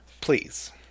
Please